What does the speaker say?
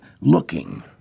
looking